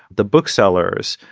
the booksellers,